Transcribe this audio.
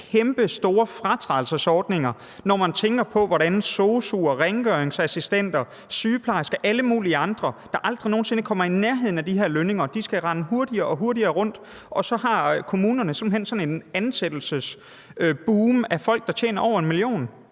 kæmpestore fratrædelsesordninger, når man tænker på, hvordan sosu'er, rengøringsassistenter, sygeplejersker og alle mulige andre, der aldrig nogen sinde kommer i nærheden af de her lønninger, skal rende hurtigere og hurtigere rundt, og så har kommunerne simpelt hen sådan et ansættelsesboom af folk, der tjener over 1 mio.